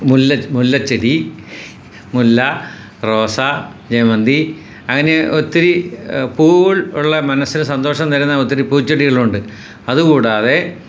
മുല്ല മുല്ലച്ചെടി മുല്ല റോസാ ജെമന്തി അങ്ങനെ ഒത്തിരി പൂവുകൾ ഉള്ള മനസ്സിന് സന്തോഷം തരുന്ന ഒത്തിരി പൂച്ചെടികളുണ്ട് അത്കൂടാതെ